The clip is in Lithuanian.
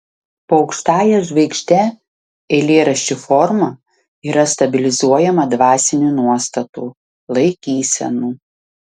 po aukštąja žvaigžde eilėraščių forma yra stabilizuojama dvasinių nuostatų laikysenų